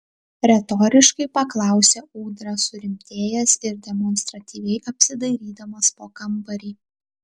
retoriškai paklausė ūdra surimtėjęs ir demonstratyviai apsidairydamas po kambarį